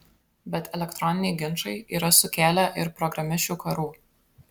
bet elektroniniai ginčai yra sukėlę ir programišių karų